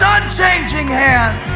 unchanging hand.